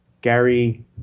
Gary –